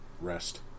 rest